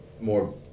more